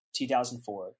2004